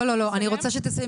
לא, לא, אני רוצה שתסיימי.